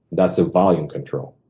that's the volume control.